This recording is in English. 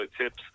tips